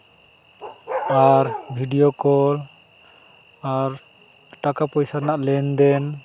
ᱟᱨ video call ᱟᱨ ᱴᱟᱠᱟ ᱯᱚᱭᱥᱟ ᱨᱮᱱᱟᱜ ᱞᱮᱱᱫᱮᱱ